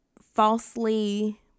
falsely